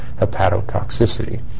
hepatotoxicity